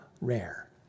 rare